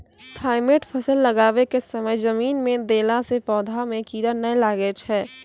Thimet फ़सल लगाबै के समय जमीन मे देला से पौधा मे कीड़ा नैय लागै छै?